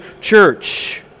church